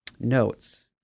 Notes